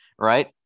Right